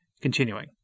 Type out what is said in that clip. Continuing